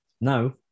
No